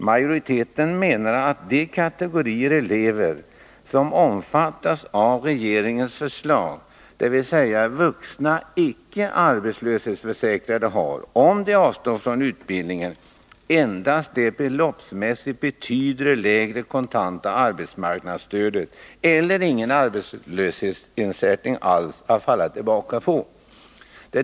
Majoriteten menar att de kategorier elever som omfattas av regeringens förslag, dvs. vuxna icke arbetslöshetsförsäkrade, har — om de avstår från utbildning — endast det beloppsmässigt betydligt lägre kontanta arbetsmarknadsstödet eller ingen arbetslöshetsersättning alls att falla tillbaka på.